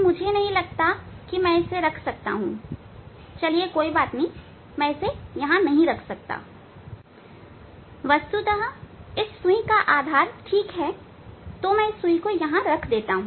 मुझे लगता है मैं इसे नहीं रख सकता इसलिए कोई बात नहीं मैं इसे नहीं रख सकता वस्तुतः सुई का आधार ठीक है तो यह सुई मैं यहां रखता हूं